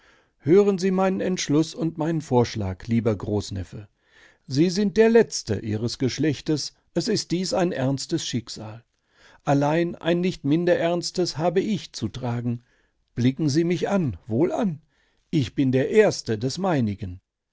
hören sie meinen entschluß und meinen vorschlag lieber großneffe sie sind der letzte ihres geschlechts es ist dies ein ernstes schicksal allein ein nicht minder ernstes habe ich zu tragen blicken sie mich an wohlan ich bin der erste des meinigen